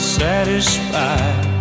satisfied